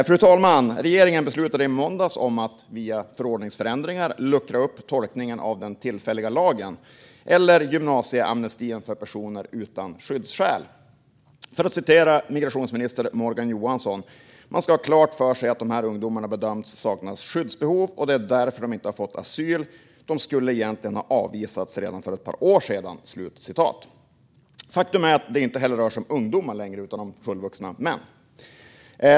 Fru talman! Regeringen beslutade i måndags om att via förordningsförändringar luckra upp tolkningen av den tillfälliga lagen, eller gymnasieamnestin, för personer utan skyddsskäl. Jag citerar migrationsminister Morgan Johansson: "Man ska ha klart för sig att de här ungdomarna bedömts sakna skyddsbehov, det är därför de inte har fått asyl. De skulle egentligen ha avvisats redan för ett par år sedan." Faktum är att det inte heller rör sig om ungdomar längre utan om fullvuxna män.